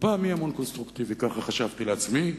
ככה חשבתי לעצמי.